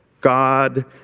God